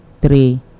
three